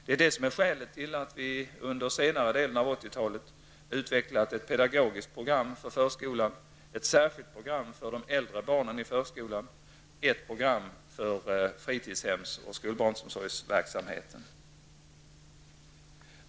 Detta är skälet till att vi under senare delen av 1980-talet har utvecklat ett pedagogiskt program för förskolan, ett särskilt program för de äldre barnen inom förskolan och ett program för fritidshems och skolbarnsomsorgsverksamheten.